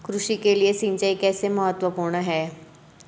कृषि के लिए सिंचाई कैसे महत्वपूर्ण है?